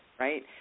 right